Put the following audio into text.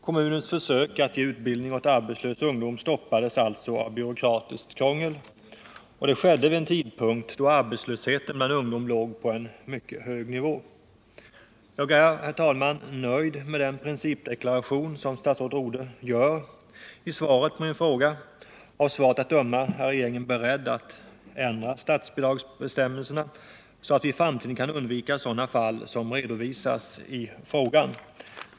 Kommunens försök att ge utbildning åt arbetslös ungdom stoppades alltså av byråkratiskt krångel, och det skedde vid en tidpunkt då arbetslösheten bland ungdom låg på en mycket hög nivå. Jag är, herr talman, nöjd med den principdeklaration som statsrådet Rodhe gjorde i svaret på min fråga. Av svaret att döma är regeringen beredd att ändra statsbidragsbestämmelserna, så att vi i framtiden kan undvika händelser av det slag som redovisades i frågan.